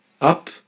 up